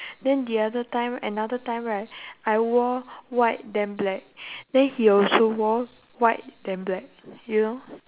then the other time another time right I wore white then black then he also wore white then black you know